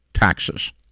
taxes